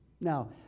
Now